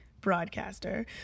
broadcaster